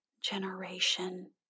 generation